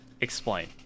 Explain